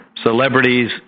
celebrities